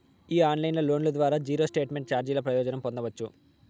ఈ ఆన్లైన్ లోన్ల ద్వారా జీరో స్టేట్మెంట్ చార్జీల ప్రయోజనం పొందచ్చు